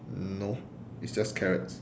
no it's just carrots